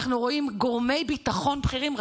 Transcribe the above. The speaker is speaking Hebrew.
אנחנו רואים גורמי ביטחון בכירים,